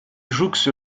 jouxte